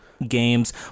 Games